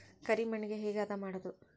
ಕರಿ ಮಣ್ಣಗೆ ಹೇಗೆ ಹದಾ ಮಾಡುದು?